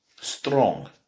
Strong